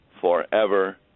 forever